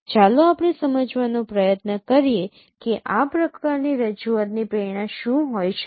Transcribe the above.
ચાલો આપણે સમજવાનો પ્રયત્ન કરીએ કે આ પ્રકારની રજૂઆતની પ્રેરણા શું હોઈ શકે